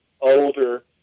older